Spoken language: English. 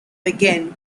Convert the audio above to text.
begin